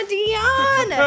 Dion